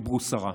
דיברו סרה.